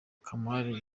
kamali